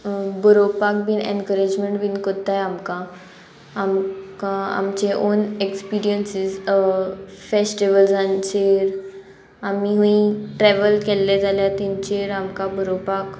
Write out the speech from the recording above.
बरोवपाक बीन एनकरेजमेंट बीन कोत्ताय आमकां आमकां आमचे ओन एक्सपिरियन्सीस फेस्टिवल्सांचेर आमी हू ट्रेवल केल्ले जाल्यार तेंचेर आमकां बरोवपाक